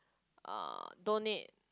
uh donate